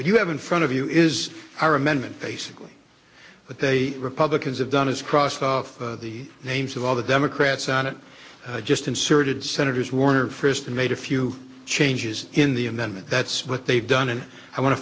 but you have in front of you is our amendment basically what they republicans have done is crossed of the names of all the democrats on it just inserted senators warner frist made a few changes in the amendment that's what they've done and i wan